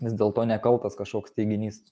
vis dėlto nekaltas kažkoks teiginys